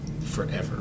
forever